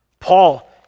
Paul